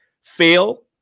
fail